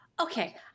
Okay